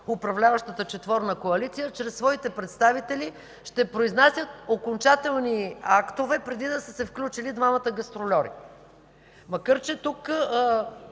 управляващата четворна коалиция, чрез своите представители ще произнасят окончателни актове преди да са се включили двамата гастрольори. Макар че тук